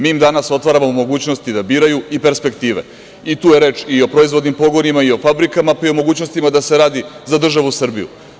Mi im danas odgovaramo mogućnosti da biraju i perspektive i tu je reč i o proizvodnim pogonima, o fabrikama, pa i mogućnostima da se radi za državu Srbiju.